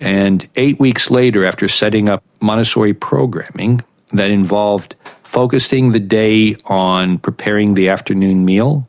and eight weeks later after setting up montessori programming that involved focusing the day on preparing the afternoon meal